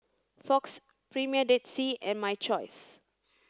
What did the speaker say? Fox Premier Dead Sea and My Choice